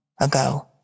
ago